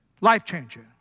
life-changing